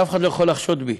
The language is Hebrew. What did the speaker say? ואף אחד לא יכול לחשוד בי,